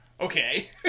okay